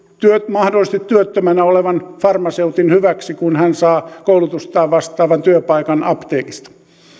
mahdollisesti työttömänä olevan farmaseutin hyväksi kun hän saa koulutustaan vastaavan työpaikan apteekista